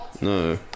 No